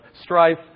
strife